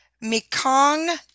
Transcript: Mekong